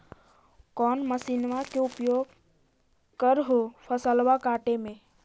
कौन मसिंनमा के उपयोग कर हो फसलबा काटबे में?